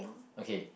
okay